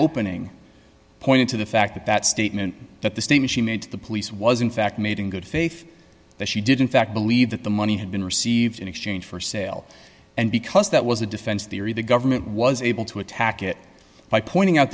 opening pointed to the fact that that statement that the statement she made to the police was in fact made in good faith that she did in fact believe that the money had been received in exchange for sale and because that was the defense theory the government was able to attack it by pointing out